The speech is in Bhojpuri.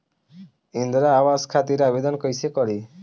इंद्रा आवास खातिर आवेदन कइसे करि?